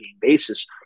basis